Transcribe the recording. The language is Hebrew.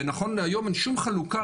ונכון להיום אין שום חלוקה.